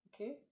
okay